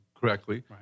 correctly